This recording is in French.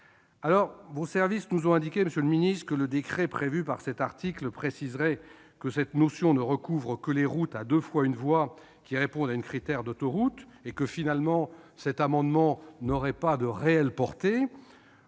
poche. Vos services nous ont indiqué, monsieur le secrétaire d'État, que le décret prévu par cet article préciserait que cette notion ne recouvre que les routes à deux fois une voie qui satisfont un critère d'autoroute, et que, en définitive, cet article n'aurait pas de réelle portée.